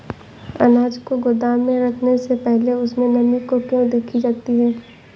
अनाज को गोदाम में रखने से पहले उसमें नमी को क्यो देखी जाती है?